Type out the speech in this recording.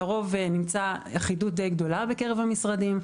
לרוב נמצאה אחידות די גדולה בקרב המשרדים,